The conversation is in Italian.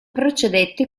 procedette